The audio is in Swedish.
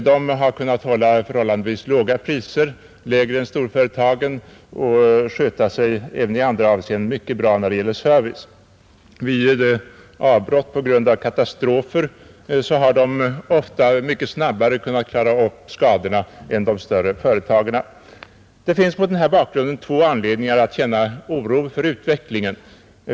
De har kunnat hålla jämförelsevis låga priser, lägre än storföretagen, och sköta sig mycket bra när det gäller service. Vid avbrott på grund av katastrofer har de ofta mycket snabbare kunnat avhjälpa skadorna än de större företagen. Det finns mot denna bakgrund två anledningar att känna oro för utvecklingen.